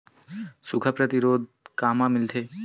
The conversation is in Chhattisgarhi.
सुखा प्रतिरोध कामा मिलथे?